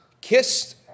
kissed